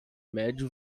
médio